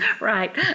Right